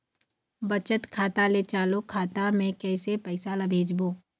बचत खाता ले चालू खाता मे कैसे पैसा ला भेजबो?